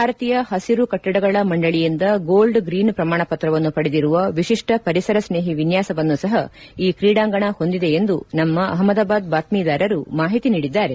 ಭಾರತೀಯ ಹಸಿರು ಕಟ್ಲಡಗಳ ಮಂಡಳಿಯಿಂದ ಗೋಲ್ಡ್ ಗ್ರೀನ್ ಪ್ರಮಾಣಪತ್ರವನ್ನು ಪಡೆದಿರುವ ವಿಶಿಷ್ಟ ಪರಿಸರ ಸ್ನೇಹಿ ವಿನ್ಯಾಸವನ್ನು ಸಹ ಈ ಕ್ರೀಡಾಂಗಣ ಹೊಂದಿದೆ ಎಂದು ನಮ್ಮ ಅಹಮದಾಬಾದ್ ಬಾತ್ಟೀದಾರರು ಮಾಹಿತಿ ನೀಡಿದ್ದಾರೆ